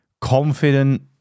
confident